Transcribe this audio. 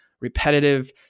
repetitive